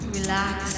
Relax